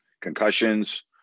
concussions